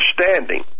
understanding